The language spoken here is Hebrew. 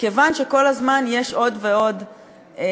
מכיוון שכל הזמן יש עוד ועוד נשק,